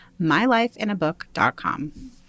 mylifeinabook.com